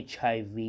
HIV